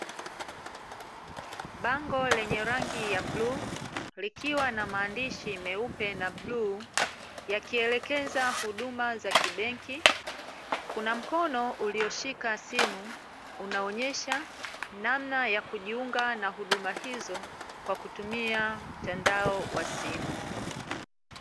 Bango lenye rangi ya bluu, likiwa na maandishi meupe na bluu, yakielekeza huduma za kibenki. Kuna mkono ulioshika Simu, unaonyesha namna ya kujiunga na huduma hizo kwa kutumia mtandao wa simu.